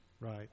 right